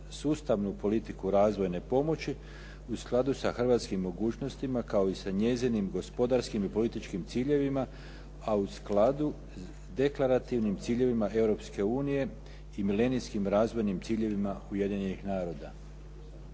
sustavnu politiku razvojne pomoći u skladu sa hrvatskim mogućnostima kao i sa njenim gospodarskim i političkim ciljevima a u skladu s deklarativnim ciljevima Europske unije i milenijskim razvojnim ciljevima Ujedinjenih naroda.